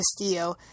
Castillo